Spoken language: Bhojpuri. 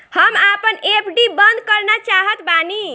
हम आपन एफ.डी बंद करना चाहत बानी